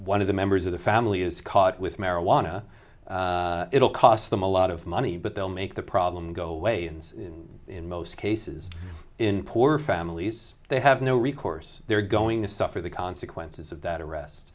one of the members of the family is caught with marijuana it will cost them a lot of money but they'll make the problem go away and in most cases in poor families they have no recourse they're going to suffer the consequences of that arrest